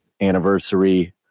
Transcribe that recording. anniversary